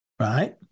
right